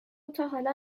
تاحالا